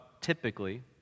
typically